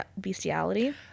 bestiality